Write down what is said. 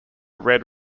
red